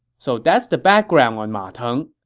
so that's the background on ma teng.